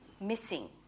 missing